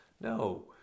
no